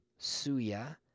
suya